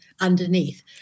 underneath